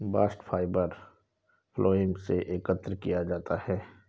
bast fibre phloem से एकत्र किया जाता है